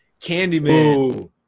Candyman